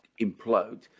implode